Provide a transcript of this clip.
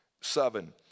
Seven